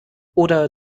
oder